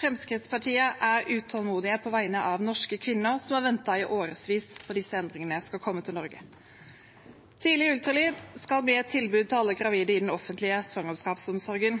Fremskrittspartiet er utålmodig på vegne av norske kvinner som har ventet i årevis på at disse endringene skulle komme til Norge. Tidlig ultralyd skal bli et tilbud til alle gravide innen den offentlige svangerskapsomsorgen.